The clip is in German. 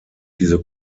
diese